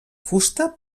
fusta